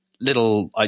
little